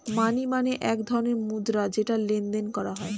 মানি মানে এক ধরণের মুদ্রা যেটা লেনদেন করা হয়